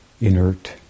inert